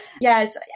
Yes